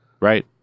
Right